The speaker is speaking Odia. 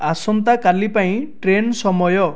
ଆସନ୍ତାକାଲି ପାଇଁ ଟ୍ରେନ୍ ସମୟ